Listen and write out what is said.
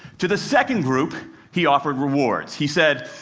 to the second group, he offered rewards. he said,